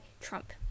trump